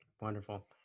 Wonderful